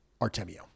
Artemio